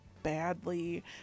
badly